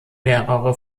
mehrere